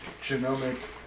genomic